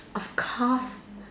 of course